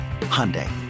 Hyundai